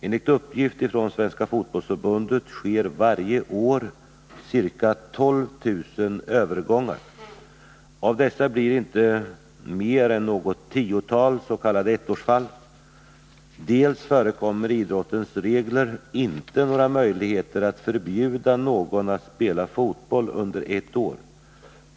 Enligt uppgift från Svenska fotbollförbundet sker varje år ca 12 000 övergångar. Av dessa blir inte mer än något tiotal s.k. ettårsfall. Dels förekommer i idrottens regler inte några möjligheter att förbjuda någon att spela fotboll under ett år.